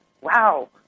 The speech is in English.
wow